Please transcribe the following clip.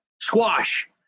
squash